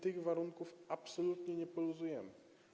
Tych warunków absolutnie nie poluzujemy.